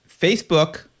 Facebook—